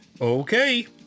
Okay